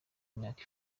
imyaka